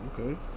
Okay